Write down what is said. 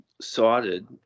sighted